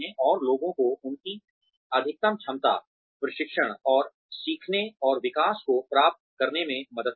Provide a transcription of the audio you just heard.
और लोगों को उनकी अधिकतम क्षमता प्रशिक्षण और सीखने और विकास को प्राप्त करने में मदद करना